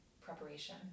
preparation